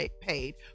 paid